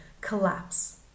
collapse